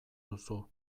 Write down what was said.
duzu